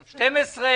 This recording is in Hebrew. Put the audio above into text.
אושר.